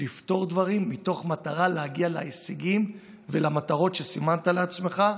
לפתור דברים מתוך מטרה להגיע להישגים ולמטרות שסימנת לעצמך.